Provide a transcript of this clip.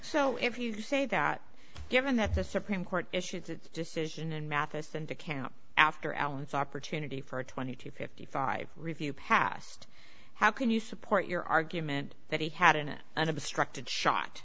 so if you say that given that the supreme court issued its decision and matheson decamp after allan's opportunity for a twenty to fifty five review past how can you support your argument that he had an